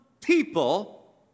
people